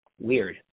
weird